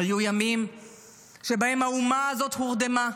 היו ימים שבהם האומה הזאת הורדמה.